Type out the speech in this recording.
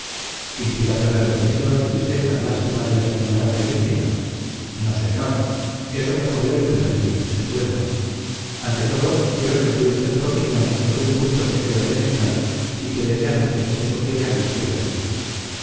profundamente inspirándole repulsión tristeza lástima de las innumerables víctimas no señor eso me ocurrió el primer día después no ante todo quiero que me dé usted su opinión sobre un punto que creo elemental y que desde anoche me sugiere angustiosas dudas